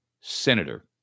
senator